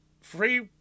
Free